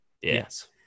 Yes